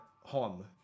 home